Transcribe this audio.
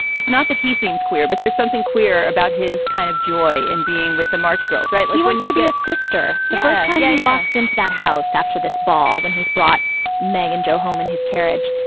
it's not that he seems queer, but there's something queer about his kind of joy in being with the march girls. right he wants to be a sister the first time yeah he walks into that house after this ball when he's brought meg and joe home in his carriage.